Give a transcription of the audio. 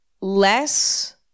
less